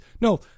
No